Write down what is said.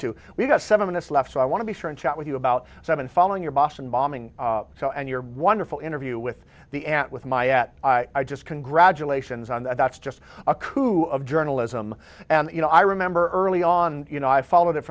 to we've got seven minutes left so i want to be sure and chat with you about seven following your boston bombing and your wonderful interview with the at with my at i just congratulations on that that's just a coup of journalism and you know i remember early on you know i followed it